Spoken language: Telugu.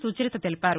సుచరిత తెలిపారు